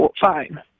fine